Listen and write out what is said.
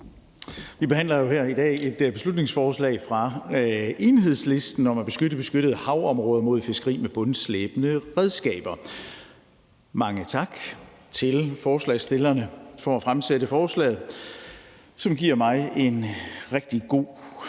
Vi behandler her i dag et beslutningsforslag fra Enhedslisten om at beskytte beskyttede havområder mod fiskeri med bundslæbende redskaber. Mange tak til forslagsstillerne for at fremsætte forslaget, som giver mig en rigtig god